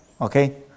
Okay